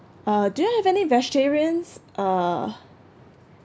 uh do you have any vegetarian's uh